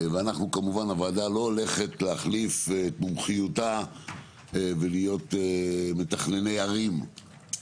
ואנחנו כמובן הוועדה לא הולכת להחליף את מומחיותה ולהיות מתכנני ערים,